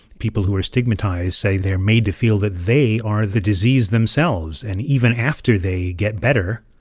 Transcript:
people who are stigmatized say they're made to feel that they are the disease themselves. and even after they get better,